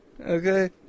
Okay